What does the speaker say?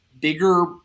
bigger